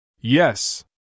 Yes